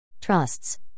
Trusts